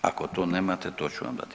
Ako to nemate to ću vam dati.